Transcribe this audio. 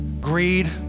greed